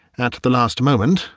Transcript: at the last moment,